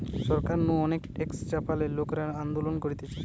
সরকার নু অনেক ট্যাক্স চাপালে লোকরা আন্দোলন করতিছে